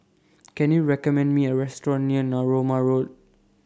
Can YOU recommend Me A Restaurant near Narooma Road